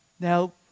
Now